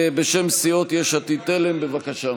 בשם סיעות יש עתיד-תל"ם, בבקשה.